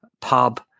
pub